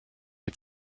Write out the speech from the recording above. mit